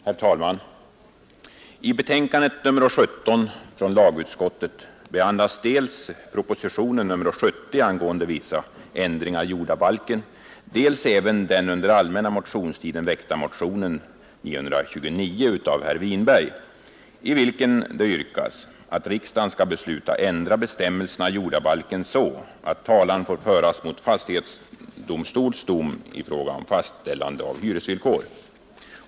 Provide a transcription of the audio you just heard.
Herr talman! I lagutskottets betänkande nr 17 behandlas dels propositionen 70 angående vissa ändringar i jordabalken, dels den under allmänna motionstiden väckta motionen 929 av herr Winberg, i vilken yrkas att riksdagen skall besluta ändra bestämmelserna i jordabalken så att talan får föras mot fastighetsdomstols dom i fråga om fastställande av hyresvillkor.